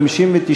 59,